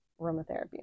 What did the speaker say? aromatherapy